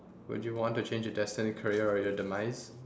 would you want to change your destined career or your demise